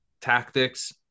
tactics